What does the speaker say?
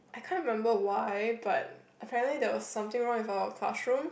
I can remember why but apparently there are something wrong with our classroom